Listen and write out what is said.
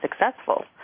successful